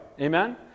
Amen